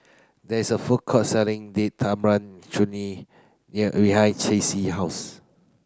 there is a food court selling Date Tamarind Chutney behind Stacie house